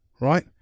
right